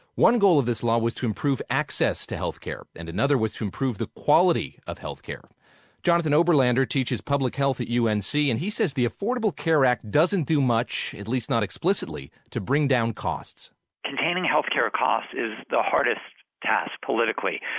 one goal of this law was to improve access to health care, and another was to improve the quality of health care jonathan oberlander teaches public health at unc, and and he says the affordable care act doesn't do much at least not explicitly to bring down costs containing health care costs is the hardest task politically,